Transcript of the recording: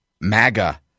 MAGA